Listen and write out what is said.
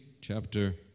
chapter